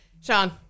Sean